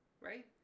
Right